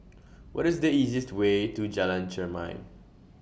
What IS The easiest Way to Jalan Chermai